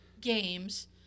games